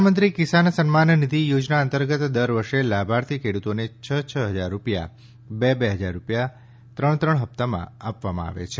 પ્રધાનમંત્રી કિસાન સન્માન નિધિ યોજના અંતર્ગત દર વર્ષે લાભાર્થી ખેડૂતોને છ છ હજાર રૂપિયા બે બે હજાર રૂપિયા ત્રણ હપ્તામાં આપવામાં આવે છે